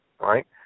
right